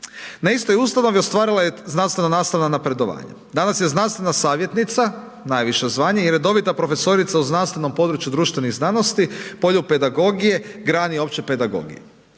Na istoj ustanovi ostvarila je znanstvena nastava napredovanje. Danas je znanstvena savjetnica, najviše zvanje, i redovita profesorica u znanstvenom području društvenih znanosti, polju pedagogije, grani opće pedagogije.